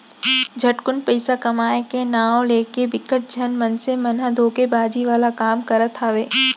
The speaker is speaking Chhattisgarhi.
झटकुन पइसा कमाए के नांव लेके बिकट झन मनसे मन ह धोखेबाजी वाला काम करत हावय